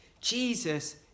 Jesus